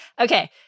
Okay